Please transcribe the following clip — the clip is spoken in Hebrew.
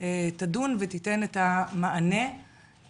תדון ותיתן מענה,